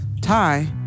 Ty